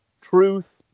truth